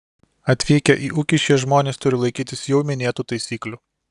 atvykę į ūkį šie žmonės turi laikytis jau minėtų taisyklių